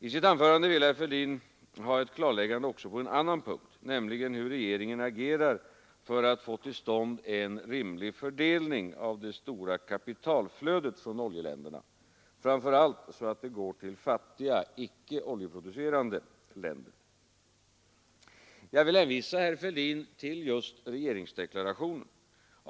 I sitt anförande ville herr Fälldin ha ett klarläggande också på en annan punkt, nämligen hur regeringen agerar för att få till stånd en rimlig fördelning av det stora kapitalflödet från oljeländerna, framför allt så att det går till fattiga, icke oljeproducerande länder. Jag vill hänvisa herr Fälldin till regeringsdeklarationen.